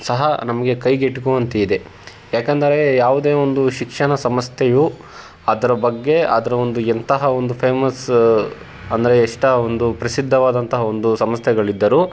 ಸಹ ನಮಗೆ ಕೈಗೆಟುಕುವಂತಿದೆ ಯಾಕೆಂದರೆ ಯಾವುದೇ ಒಂದು ಶಿಕ್ಷಣ ಸಂಸ್ಥೆಯು ಅದರ ಬಗ್ಗೆ ಅದರ ಒಂದು ಎಂತಹ ಒಂದು ಫೇಮಸ್ ಅಂದರೆ ಎಷ್ಟು ಒಂದು ಪ್ರಸಿದ್ಧವಾದಂತಹ ಒಂದು ಸಂಸ್ಥೆಗಳಿದ್ದರೂ